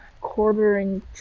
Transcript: quartering